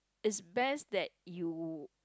it's best that you